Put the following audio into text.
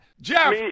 Jeff